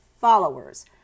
followers